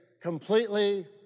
completely